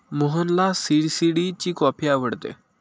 मोहनला सी.सी.डी ची कॉफी आवडते